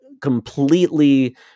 Completely